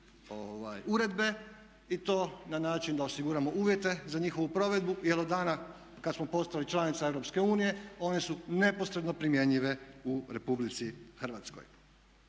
uredbe i to na način da osiguramo uvjete za njihovu provedbu, jer od dana kad smo postali članica EU one su neposredno primjenjive u RH. Do sada smo